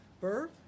birth